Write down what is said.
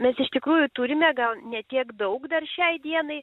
mes iš tikrųjų turime gal ne tiek daug dar šiai dienai